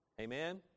Amen